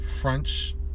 French